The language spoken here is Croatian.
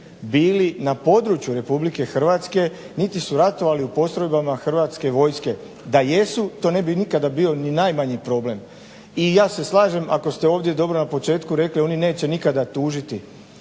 bili na području RH, niti su ratovali u postrojbama Hrvatske vojske. Da jesu, to ne bi nikada bio ni najmanji problem. I ja se slažem ako ste ovdje dobro na početku rekli oni neće nikada tužiti.